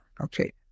Okay